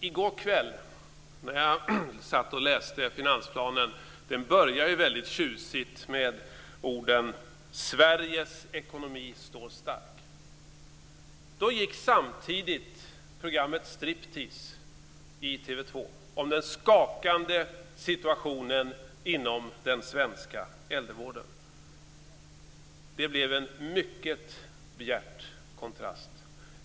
I går kväll när jag läste finansplanen - den börjar tjusigt med orden Sveriges ekonomi står stark - gick samtidigt programmet Striptease i TV 2. Programmet handlade om den skakande situationen inom den svenska äldrevården. Det blev en mycket bjärt kontrast.